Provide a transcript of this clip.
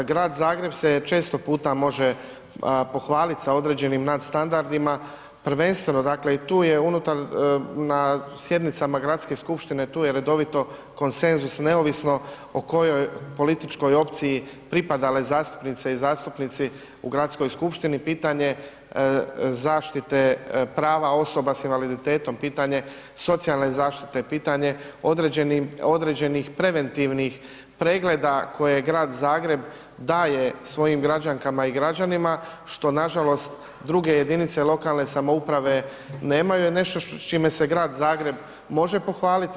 Grad Zagreb se često puta može pohvaliti sa određenim nadstandardima, prvenstveno dakle i tu je unutar na sjednicama gradske skupštine tu je redovito konsenzus neovisno o kojoj političkoj opciji pripadale zastupnice i zastupnici u gradskoj skupštini, pitanje zaštite prava osoba s invaliditetom, pitanje socijalne zaštite, pitanje određenih preventivnih pregleda koje Grad Zagreb daje svojim građankama i građanima što nažalost druge jedinice lokalne samouprave nemaju, je nešto s čime se Grad Zagreb može pohvaliti.